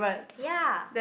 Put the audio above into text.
ya